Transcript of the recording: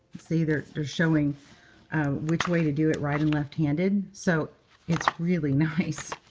see? they're showing which way to do it right and left-handed. so it's really nice.